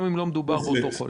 גם אם לא מדובר באותו החולה.